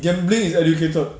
gambling is educated